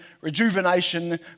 rejuvenation